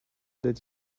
that